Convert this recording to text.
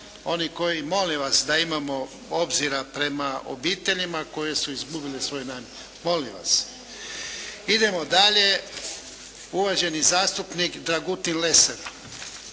onih koji, molim vas da imamo obzira prema obiteljima koji su izgubili svoje najmilije. Molim vas! Idemo dalje. Uvaženi zastupnik Dragutin Lesar.